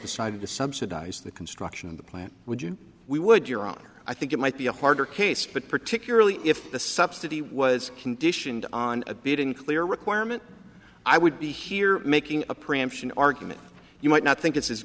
decided to subsidize the construction of the plant would you we would your honor i think it might be a harder case but particularly if the subsidy was conditioned on a bit unclear requirement i would be here making a preemption argument you might not think it's as